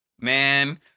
Man